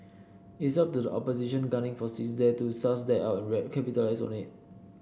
it's up to the opposition gunning for seats there to suss that out and capitalise on it